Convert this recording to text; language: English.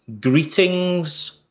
greetings